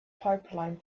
pipeline